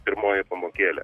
pirmoji pamokėlė